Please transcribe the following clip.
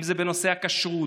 אם זה בנושא הכשרות,